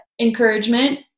encouragement